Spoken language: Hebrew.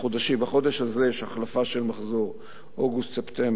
בחודש הזה יש החלפה של מחזור, אוגוסט-ספטמבר,